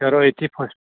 کَرو أتۍتھٕے فاص